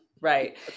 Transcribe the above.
right